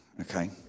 okay